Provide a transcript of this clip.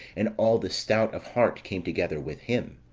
and all the stout of heart came together with him